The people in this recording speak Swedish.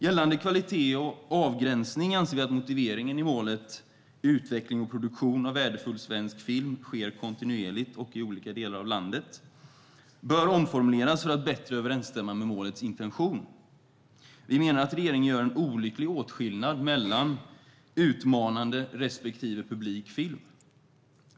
Gällande kvalitet och avgränsning anser vi att motiveringen i målet "Utveckling och produktion av värdefull svensk film sker kontinuerligt och i olika delar av landet" bör omformuleras för att bättre överensstämma med målets intention. Vi menar också att regeringen gör en olycklig åtskillnad mellan utmanande respektive publik film.